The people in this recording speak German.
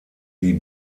die